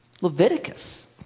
Leviticus